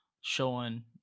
showing